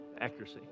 accuracy